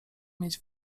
mieć